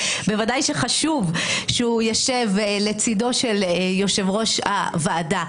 ודאי חשוב שהוא ישב לצדו של יושב-ראש הוועדה.